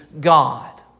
God